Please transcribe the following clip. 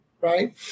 right